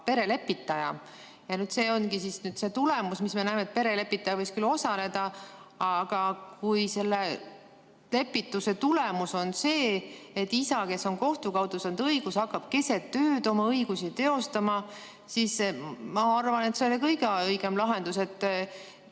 perelepitaja. See ongi nüüd see tulemus, mis me näeme, et perelepitaja võis küll osaleda, aga kui selle lepituse tulemus on see, et isa, kes on kohtu kaudu saanud õiguse, hakkab keset ööd oma õigusi teostama, siis ma arvan, et see ei ole kõige õigem lahendus.